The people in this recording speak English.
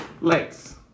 legs